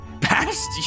past